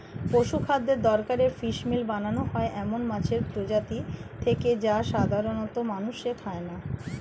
পশুখাদ্যের দরকারে ফিসমিল বানানো হয় এমন মাছের প্রজাতি থেকে যা সাধারনত মানুষে খায় না